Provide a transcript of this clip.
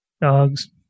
Dogs